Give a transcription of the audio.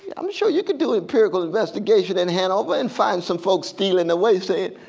i'm sure you could do empirical investigation in hanover and find some folks steeling away saying